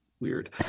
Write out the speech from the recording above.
weird